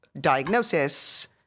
diagnosis